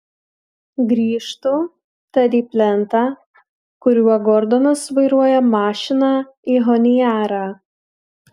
grįžtu tad į plentą kuriuo gordonas vairuoja mašiną į honiarą